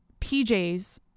PJs